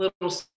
little